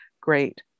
great